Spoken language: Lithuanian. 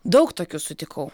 daug tokių sutikau